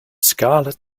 scarlet